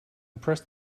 pressed